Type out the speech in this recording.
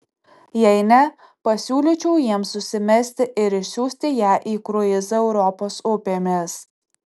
jei ne pasiūlyčiau jiems susimesti ir išsiųsti ją į kruizą europos upėmis